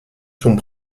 sont